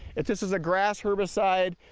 if this is a grass herbicide,